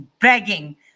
begging